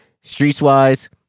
Streets-wise